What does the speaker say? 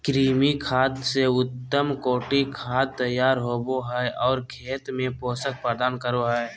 कृमि खाद से उत्तम कोटि खाद तैयार होबो हइ और खेत में पोषक प्रदान करो हइ